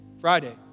Friday